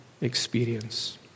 experience